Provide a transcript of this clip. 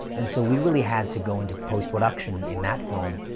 and so we really had to go into post-production in that film,